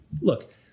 look